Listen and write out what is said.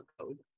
code